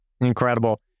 Incredible